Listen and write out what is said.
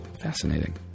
Fascinating